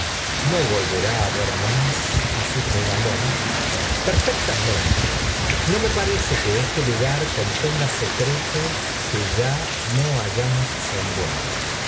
no volverá á ver más á su regalón perfectamente no mo parece que este lugar contenga ucc ivtos que ya no hayamos sondeado